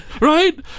Right